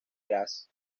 graz